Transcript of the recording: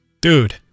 Dude